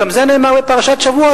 גם זה נאמר בפרשת שבוע,